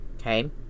okay